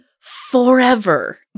forever